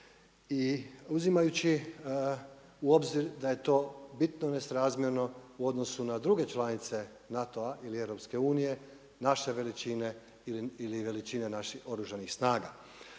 i uzimajući u obzir da je to bitno nesrazmjerno u odnosu na druge članice NATO-a ili EU naše veličine ili veličine naših Oružanih snaga.